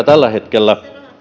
tällä hetkellä